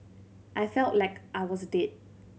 I felt like I was dead